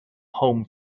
home